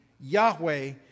Yahweh